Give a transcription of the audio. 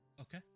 Okay